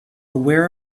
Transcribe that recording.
aware